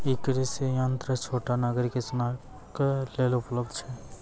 ई कृषि यंत्र छोटगर किसानक लेल उपलव्ध छै?